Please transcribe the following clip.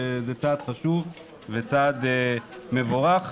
זה צעד חשוב וצעד מבורך.